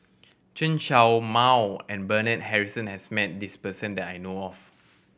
Chen Show Mao and Bernard Harrison has met this person that I know of